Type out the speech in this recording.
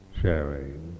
sharing